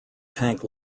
tank